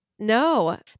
no